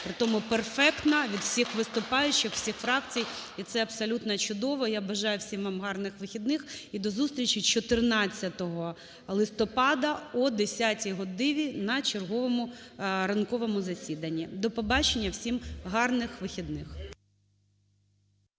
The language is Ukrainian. Притому перфектна від усіх виступаючих, всіх фракцій. І це абсолютно чудово. Я бажаю всім вам гарних вихідних. І до зустрічі 14 листопада о 10-й годині на черговому ранковому засіданні. До побачення. Всім гарних вихідних.